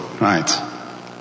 Right